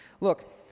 Look